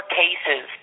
cases